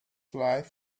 flight